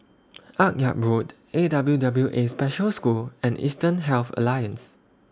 Akyab Road A W W A Special School and Eastern Health Alliance